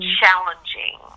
challenging